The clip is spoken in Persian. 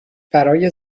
برای